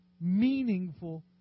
meaningful